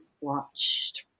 watched